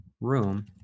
room